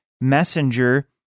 messenger